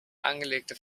angelegte